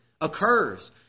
occurs